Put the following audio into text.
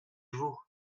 vous